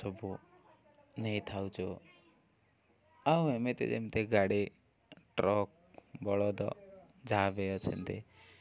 ସବୁ ନେଇଥାଉଛୁ ଆଉ ଏମିତି ଯେମିତି ଗାଡ଼ି ଟ୍ରକ୍ ବଳଦ ଯାହା ବି ଅଛନ୍ତି